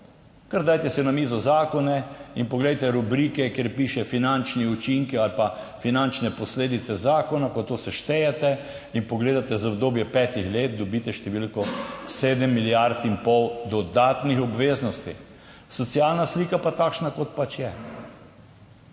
Kar dajte si na mizo zakone in poglejte rubrike, kjer piše finančni učinki ali pa finančne posledice zakona, ko to seštejete in pogledate za obdobje petih let, dobite številko 7,5 milijarde dodatnih obveznosti. Socialna slika je pa takšna, kot pač je.